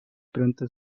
pronto